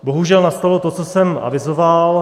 Bohužel nastalo to, co jsem avizoval.